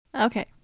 Okay